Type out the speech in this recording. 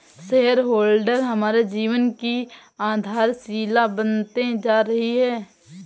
share holder हमारे जीवन की आधारशिला बनते जा रही है